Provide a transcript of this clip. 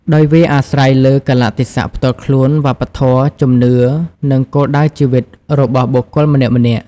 ដោយវាអាស្រ័យលើ កាលៈទេសៈផ្ទាល់ខ្លួន វប្បធម៌ ជំនឿ និង គោលដៅជីវិត របស់បុគ្គលម្នាក់ៗ។